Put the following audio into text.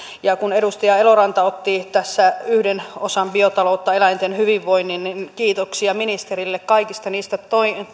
ja kun edustaja eloranta otti tässä yhden osan biotaloutta eläinten hyvinvoinnin niin kiitoksia ministerille kaikista niistä